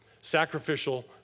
Sacrificial